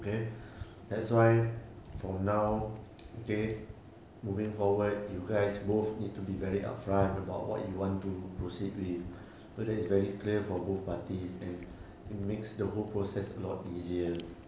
okay that's why for now okay moving forward you guys both need to be very upfront about what you want to proceed with so that clear for both parties and it makes the whole process a lot easier